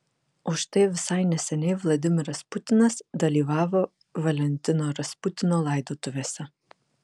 o štai visai neseniai vladimiras putinas dalyvavo valentino rasputino laidotuvėse